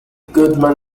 goodman